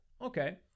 okay